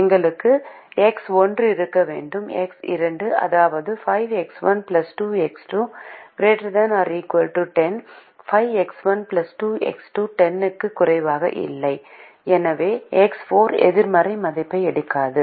எங்களுக்கும் எக்ஸ் 1 இருக்க வேண்டும் எக்ஸ் 2 அதாவது 5X1 2X2 ≥ 10 5X1 2X2 10 க்கும் குறைவாக இல்லை எனவே X4 எதிர்மறை மதிப்பை எடுக்காது